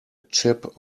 chip